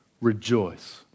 rejoice